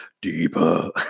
deeper